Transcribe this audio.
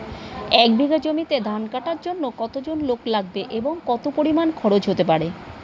এক বিঘা জমিতে ধান কাটার জন্য কতজন লোক লাগবে এবং কত পরিমান খরচ হতে পারে?